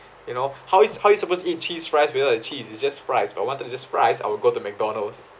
you know how are yo~ how are you supposed to eat cheese fries without the cheese it's just fries but if I wanted just fries I would go to mcdonald's